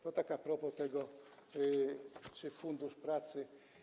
To tak a propos tego, czy Fundusz Pracy.